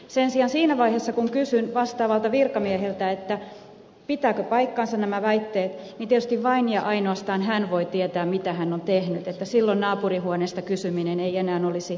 sen sijaan siinä vaiheessa kun kysyin vastaavalta virkamieheltä pitävätkö paikkansa nämä väitteet tietysti vain ja ainoastaan hän voi tietää mitä hän on tehnyt silloin naapurihuoneesta kysyminen ei enää olisi edes auttanut